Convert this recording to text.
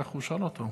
כך הוא שאל אותו.